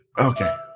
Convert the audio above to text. Okay